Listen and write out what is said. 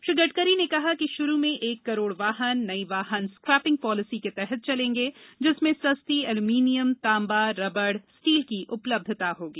श्री गडकरी ने कहा कि शुरू में एक करोड़ वाहन नई वाहन स्क्रैपिंग पॉलिसी के तहत चलेंगे जिसमें सस्ती एल्यूमीनियम तांबा रबर स्टील की उपलब्धता होगी